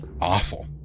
awful